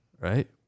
right